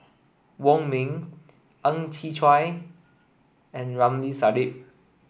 Wong Ming Ang Chwee Chai and Ramli Sarip